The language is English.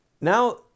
now